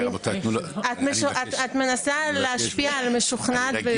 גברתי, את משכנעת את המשוכנעת ביותר.